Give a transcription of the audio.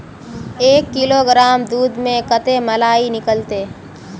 एक किलोग्राम दूध में कते मलाई निकलते?